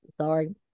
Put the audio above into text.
sorry